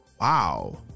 Wow